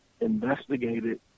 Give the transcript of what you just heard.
investigated